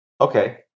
Okay